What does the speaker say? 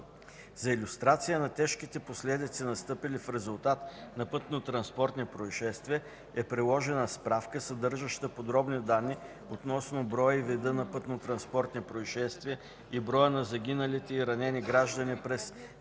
За илюстрация на тежките последици, настъпили в резултат на пътнотранспортни произшествия, е приложена справка, съдържаща подробни данни относно броя и вида на пътнотранспортните произшествия и броя на загиналите и ранени граждани през 2012,